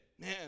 man